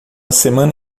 semana